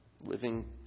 living